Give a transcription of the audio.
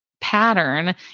pattern